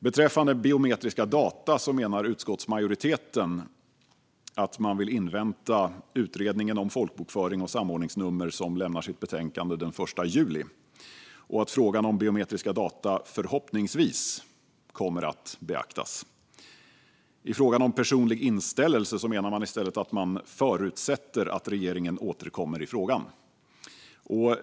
Beträffande biometriska data vill utskottsmajoriteten invänta utredningen om folkbokföring och samordningsnummer. Utredningen lämnar sitt betänkande den 1 juli, och frågan om biometriska data kommer förhoppningsvis att beaktas. När det gäller personlig inställelse menar man i stället att man förutsätter att regeringen återkommer i frågan.